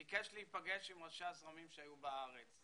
הוא ביקש להיפגש עם ראשי הזרמים שהיו בארץ.